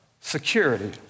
security